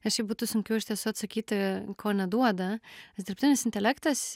na šiaip būtų sunkiau iš tiesų atsakyti ko neduoda nes dirbtinis intelektas